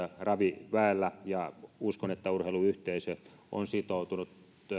raviväellä ja uskon että urheiluyhteisö on sitoutunut